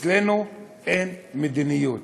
אצלנו אין מדיניות.